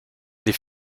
les